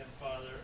Father